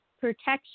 Protection